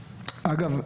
אגב,